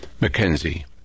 Mackenzie